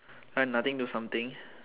nothing to something